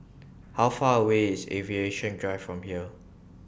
How Far away IS Aviation Drive from here